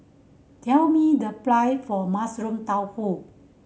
tell me the price for Mushroom Tofu